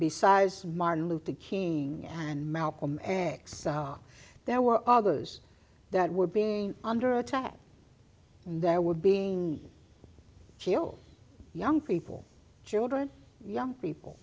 besides martin luther king and malcolm x our there were others that were being under attack and there were being killed young people children young people